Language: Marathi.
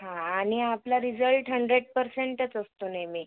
हा आणि आपला रिझल्ट हंड्रेड पर्सेंटच असतो नेहमी